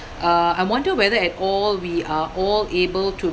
uh I wonder whether at all we are all able to